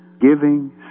giving